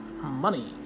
money